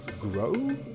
grow